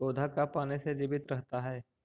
पौधा का पाने से जीवित रहता है?